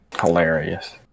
Hilarious